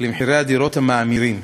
למחירי הדירות המאמירים.